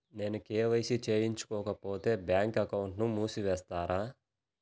నేను కే.వై.సి చేయించుకోకపోతే బ్యాంక్ అకౌంట్ను మూసివేస్తారా?